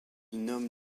nomme